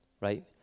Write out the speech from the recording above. Right